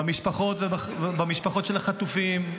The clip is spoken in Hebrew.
במשפחות של החטופים,